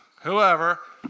whoever